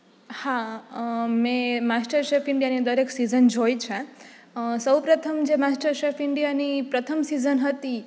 હા મેં master chef ઈન્ડિયાની અંદર એક સિઝન જોઈ છે સૌપ્રથમ જે માસ્ટર શેફ ઈન્ડિયાની પ્રથમ સિઝન હતી